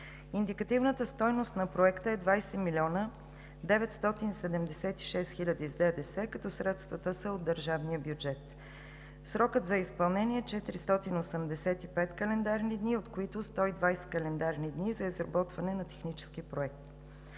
Индикативната стойност на Проекта е 20 млн. 976 хиляди с ДДС, като средствата са от държавния бюджет. Срокът за изпълнение е 485 календарни дни, от които 120 календарни дни за изработване на техническия проект.